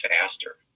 faster